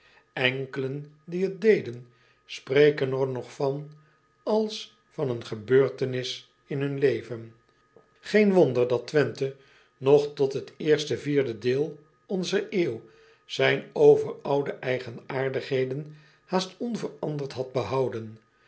nkelen die het deden spreken er nog van als van een gebeurtenis in hun leven een wonder dat wenthe nog tot het eerste vierde deel onzer eeuw zijn overoude eigenaardigheden haast onveranderd had behouden